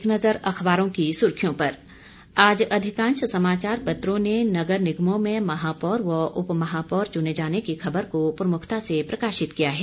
अब एक नजर अखबारों की सुर्खियों पर आज अधिकांश समाचार पत्रों ने नगर निगमों में महापौर व उप महापौर चूने जाने की खबरों को प्रमुखता से प्रकाशित किया है